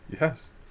Yes